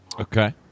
Okay